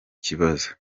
kibazo